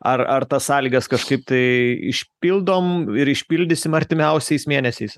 ar ar tas sąlygas kažkaip tai išpildom ir išpildysim artimiausiais mėnesiais